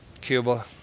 Cuba